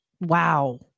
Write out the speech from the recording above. Wow